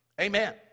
Amen